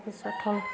তাৰপিছত হ'ল